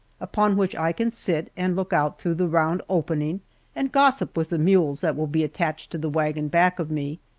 upon which i can sit and look out through the round opening and gossip with the mules that will be attached to the wagon back of me.